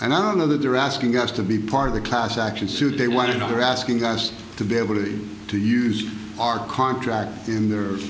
and i don't know that they're asking us to be part of the class action suit they want to know they're asking us to be able to to use our contract in the